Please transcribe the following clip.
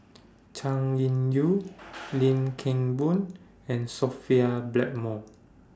Chay Weng Yew Lim Kim Boon and Sophia Blackmore